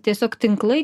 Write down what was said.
tiesiog tinklai